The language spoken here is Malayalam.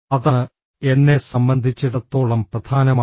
അതാണ് എന്നെ സംബന്ധിച്ചിടത്തോളം പ്രധാനമാണ്